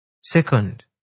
Second